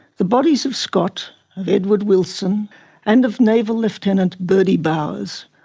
the bodies of scott, of edward wilson and of naval lieutenant birdie bowers,